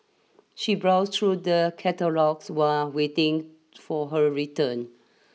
she browsed through the catalogues while waiting for her return